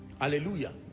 Hallelujah